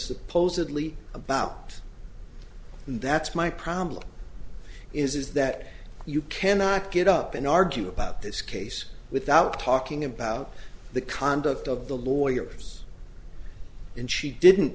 supposedly about and that's my problem is is that you cannot get up and argue about this case without talking about the conduct of the lawyers and she didn't